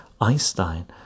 Einstein